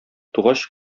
тугач